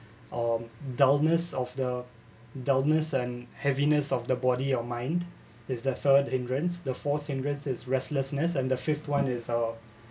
or dullness of the dullness and heaviness of the body or mind is the third hindrance the fourth hindrances restlessness and the fifth one is uh